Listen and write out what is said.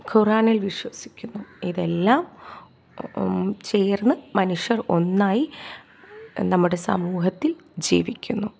ഖുറാനിൽ വിശ്വസിക്കുന്നു ഇതെല്ലം ചേർന്ന് മനുഷ്യർ ഒന്നായി നമ്മുടെ സമൂഹത്തിൽ ജീവിക്കുന്നു